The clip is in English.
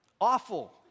awful